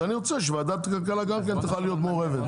אז אני רוצה שוועדת הכלכלה גם כן תוכל להיות מעורבת,